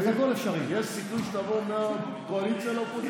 יש סיכוי שתעבור מהקואליציה לאופוזיציה.